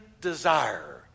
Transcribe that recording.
desire